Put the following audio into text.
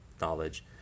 knowledge